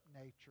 nature